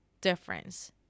difference